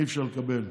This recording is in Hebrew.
אי-אפשר לקבל.